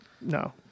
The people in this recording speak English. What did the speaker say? no